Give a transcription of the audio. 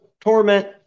torment